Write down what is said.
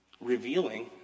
Revealing